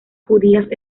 judías